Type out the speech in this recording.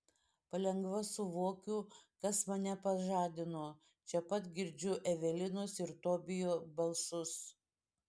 palengva suvokiu kas mane pažadino čia pat girdžiu evelinos ir tobijo balsus